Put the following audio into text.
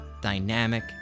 dynamic